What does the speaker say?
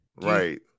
Right